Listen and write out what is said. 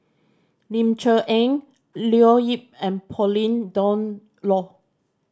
Ling Cher Eng Leo Yip and Pauline Dawn Loh